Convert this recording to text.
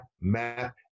map